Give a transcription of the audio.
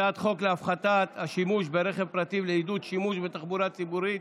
הצעת חוק להפחתת השימוש ברכב פרטי ולעידוד שימוש בתחבורה הציבורית,